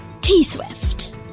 T-Swift